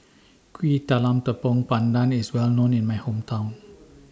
Kuih Talam Tepong Pandan IS Well known in My Hometown